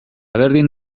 berdin